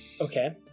Okay